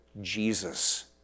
Jesus